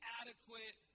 adequate